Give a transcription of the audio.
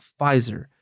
Pfizer